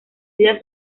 vida